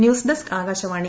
news desk Akashvani